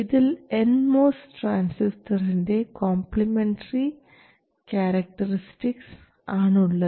ഇതിൽ nMOS ട്രാൻസിസ്റ്ററിൻറെ complementary characteristics ആണുള്ളത്